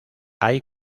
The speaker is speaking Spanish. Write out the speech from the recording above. hay